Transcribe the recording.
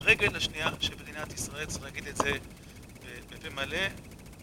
הרגל השנייה של מדינת ישראל, צריך להגיד את זה בפה מלא